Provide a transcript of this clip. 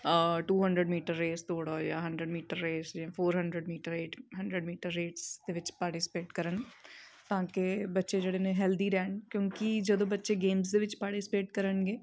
to hundred metre race ਦੋੜੋ ਜਾਂ hundred metre race ਜਾਂ four hundred metre rate hundred metre race ਦੇ ਵਿੱਚ ਪਾਰਟੀਸਪੇਟ ਕਰਨ ਤਾਂ ਕਿ ਬੱਚੇ ਜਿਹੜੇ ਨੇ ਹੈਲਦੀ ਰਹਿਣ ਕਿਉਂਕਿ ਜਦੋਂ ਬੱਚੇ ਗੇਮਸ ਦੇ ਵਿੱਚ ਪਾਰਟੀਸਪੇਟ ਕਰਨਗੇ